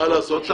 מה לעשות.